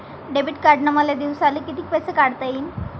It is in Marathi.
डेबिट कार्डनं मले दिवसाले कितीक पैसे काढता येईन?